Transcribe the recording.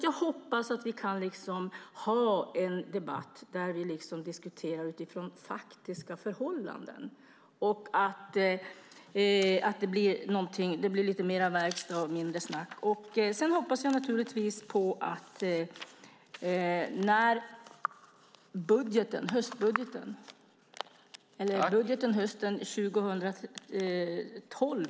Jag hoppas att vi kan ha en debatt där vi diskuterar utifrån faktiska förhållanden och att det blir lite mer verkstad och lite mindre snack. Sedan hoppas jag att vi har mer att ta på i budgeten hösten 2012.